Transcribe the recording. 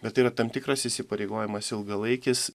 bet tai yra tam tikras įsipareigojimas ilgalaikis